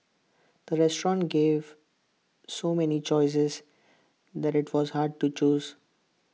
the restaurant gave so many choices that IT was hard to choose